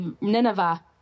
Nineveh